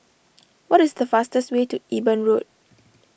what is the fastest way to Eben Road